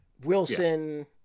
Wilson